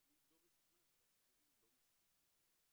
אבל אני לא משוכנע שאספירין לא מספיק בשביל זה.